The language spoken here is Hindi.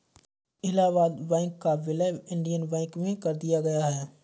इलाहबाद बैंक का विलय इंडियन बैंक में कर दिया गया है